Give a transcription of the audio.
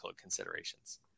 considerations